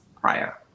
prior